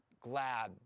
glad